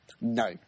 No